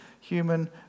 human